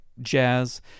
jazz